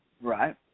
Right